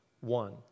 one